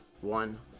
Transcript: One